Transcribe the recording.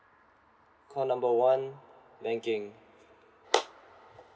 call number one banking